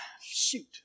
shoot